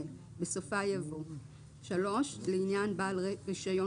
בסופה יבוא: "(3)לעניין בעל רישיון